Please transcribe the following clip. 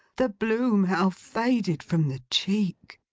the bloom, how faded from the cheek.